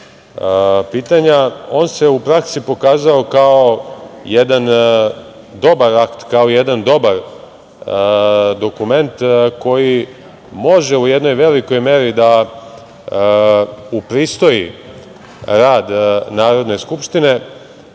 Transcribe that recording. On se u praksi pokazao kao jedan dobar akt, kao jedan dobar dokument, koji može u jednoj velikoj meri da upristoji rad Narodne skupštine,